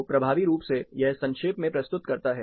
तो प्रभावी रूप से यह संक्षेप में प्रस्तुत करता है